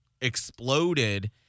exploded